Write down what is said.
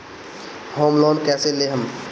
Home loan कैसे लेहम?